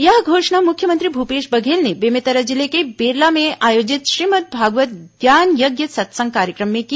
यह घोषणा मुख्यमंत्री भूपेश बघेल ने बेमेतरा जिले के बेरला में आयोजित श्रीमद् भागवत ज्ञानयज्ञ सत्संग कार्यक्रम में की